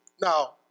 Now